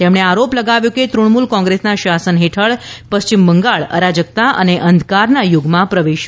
તેમણે આરોપ લગાવ્યો કે તૃણમૂલ કોંગ્રેસના શાસન હેઠળ પશ્ચિમ બંગાળ અરાજકતા અને અંધકારના યુગમાં પ્રવેશ્યું છે